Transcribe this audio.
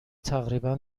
تقریبا